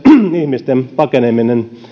ihmisten pakeneminen